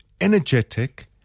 energetic